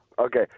Okay